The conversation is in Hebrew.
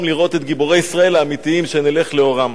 לראות את גיבורי ישראל האמיתיים שנלך לאורם.